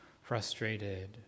Frustrated